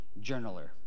journaler